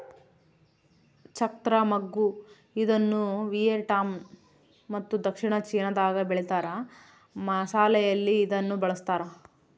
ಚಕ್ತ್ರ ಮಗ್ಗು ಇದನ್ನುವಿಯೆಟ್ನಾಮ್ ಮತ್ತು ದಕ್ಷಿಣ ಚೀನಾದಾಗ ಬೆಳೀತಾರ ಮಸಾಲೆಯಲ್ಲಿ ಇದನ್ನು ಬಳಸ್ತಾರ